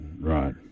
right